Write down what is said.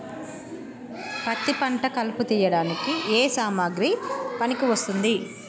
పత్తి పంట కలుపు తీయడానికి ఏ సామాగ్రి పనికి వస్తుంది?